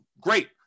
Great